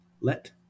let